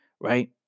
right